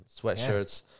sweatshirts